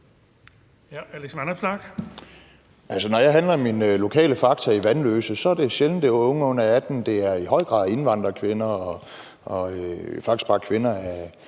når jeg handler i min lokale fakta i Vanløse, er det sjældent, at det er unge under 18 år – det er i høj grad indvandrerkvinder, faktisk bare kvinder,